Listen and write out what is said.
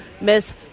Miss